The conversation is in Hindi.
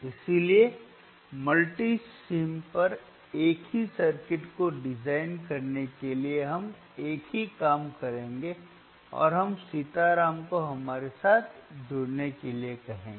इसलिए मल्टीसिम पर एक ही सर्किट को डिजाइन करने के लिए हम एक ही काम करेंगे और हम सीताराम को हमारे साथ जुड़ने के लिए कहेंगे